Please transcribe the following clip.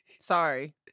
Sorry